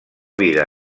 vida